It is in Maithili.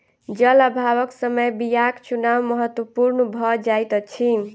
जल अभावक समय बीयाक चुनाव महत्पूर्ण भ जाइत अछि